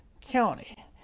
County